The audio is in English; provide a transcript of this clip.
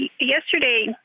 yesterday